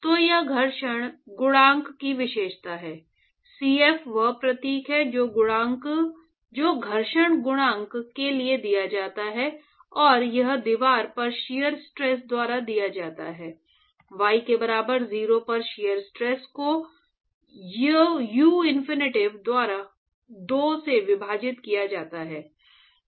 तो यह घर्षण गुणांक की विशेषता है Cf वह प्रतीक है जो घर्षण गुणांक के लिए दिया जाता है और यह दीवार पर शियर स्ट्रेस द्वारा दिया जाता है y के बराबर 0 पर शियर स्ट्रेस को य इनफिनिटी द्वारा 2 से विभाजित किया जाता है